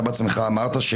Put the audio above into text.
אתה בעצמך אמרת,